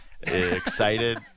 Excited